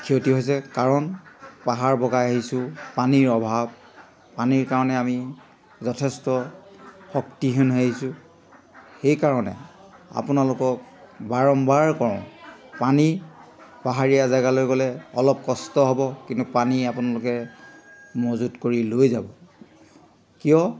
ক্ষতি হৈছে কাৰণ পাহাৰ বগাই আহিছোঁ পানীৰ অভাৱ পানীৰ কাৰণে আমি যথেষ্ট শক্তিহীণ হৈ আহিছোঁ সেইকাৰণে আপোনালোকক বাৰম্বাৰ কৰোঁ পানী পাহাৰীয়া জেগালৈ গ'লে অলপ কষ্ট হ'ব কিন্তু পানী আপোনালোকে মজুত কৰি লৈ যাব কিয়